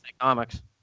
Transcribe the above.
comics